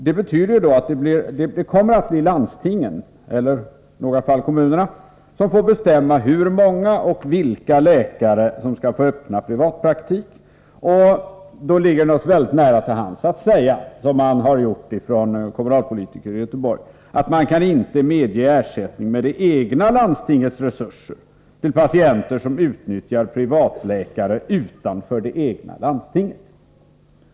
Det betyder att det kommer att bli landstingen, eller i några fall kommunerna, som får bestämma hur många och vilka läkare som skall få öppna privatpraktik. Då ligger det nära till hands för dem att säga — som kommunalpolitiker i Göteborg har gjort — att de inte kan medge ersättning med det egna landstingets resurser till patienter som utnyttjar privatläkare utanför det egna landstinget.